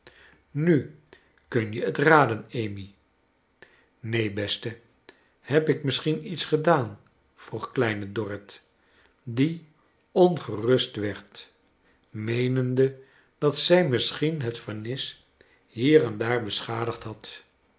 nu kun je t raden amy neen beste heb ik misschien iets gedaan vroeg kleine dorrit die ongerust werd meenende dat zij misschien het vernis hier of daar beschadigd had